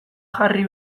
jarri